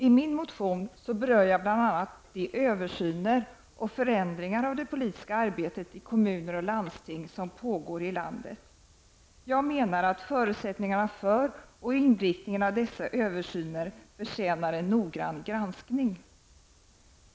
I min motion berör jag bl.a. de översyner och förändringar av det politiska arbetet i kommuner och landsting som pågår i landet. Jag menar att förutsättningarna för och inriktningen av dessa översyner förtjänar en noggrann granskning.